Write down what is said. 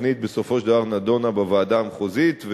התוכנית בסופו של דבר נדונה בוועדה המחוזית,